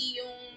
yung